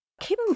Kim